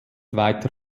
weiter